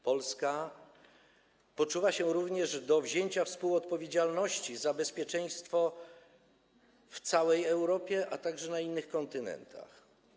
Polska poczuwa się również do wzięcia współodpowiedzialności za bezpieczeństwo w całej Europie, a także na innych kontynentach.